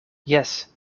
jes